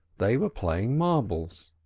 they were playing marbles.